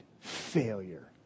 failure